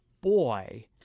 boy